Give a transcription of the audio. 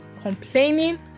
complaining